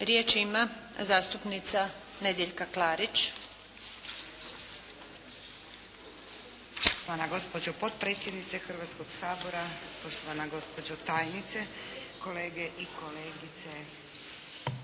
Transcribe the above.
Riječ ima zastupnica Nedjeljka Klarić. **Klarić, Nedjeljka (HDZ)** Poštovana gospođo potpredsjednice Hrvatskoga sabora, poštovana gospođo tajnice, kolege i kolegice